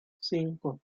cinco